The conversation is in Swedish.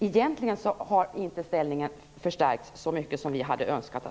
Egentligen har arrendatorernas ställning inte stärkts så mycket som vi hade önskat.